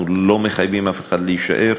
אנחנו לא מחייבים אף אחד להישאר,